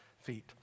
feet